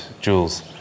Jules